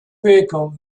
vehicle